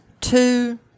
two